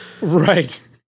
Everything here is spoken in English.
Right